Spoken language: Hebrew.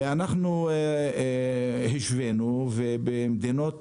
אנחנו השווינו ועולה שבמדינות